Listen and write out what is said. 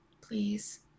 Please